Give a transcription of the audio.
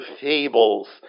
fables